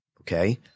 okay